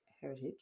heritage